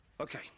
Okay